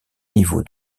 niveau